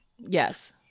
Yes